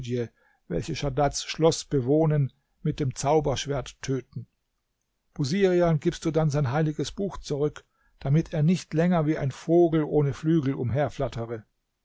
welche schadads schloß bewohnen mit dem zauberschwert töten busirian gibst du dann sein heiliges buch zurück damit er nicht länger wie ein vogel ohne flügel